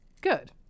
good